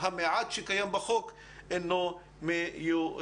המעט שקיים בחוק אינו מיושם.